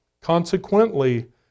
Consequently